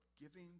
giving